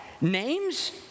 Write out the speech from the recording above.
names